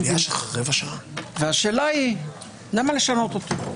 השאלה היא למה לשנותו.